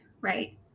right